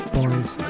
Boys